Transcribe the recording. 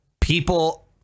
people